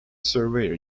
surveyor